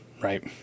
right